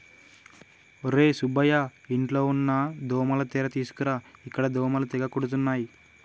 ఒర్రే సుబ్బయ్య ఇంట్లో ఉన్న దోమల తెర తీసుకురా ఇక్కడ దోమలు తెగ కుడుతున్నాయి